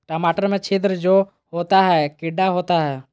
टमाटर में छिद्र जो होता है किडा होता है?